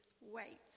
wait